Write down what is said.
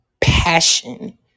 passion